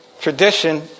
Tradition